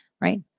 right